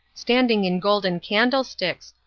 standing in golden candle-sticks,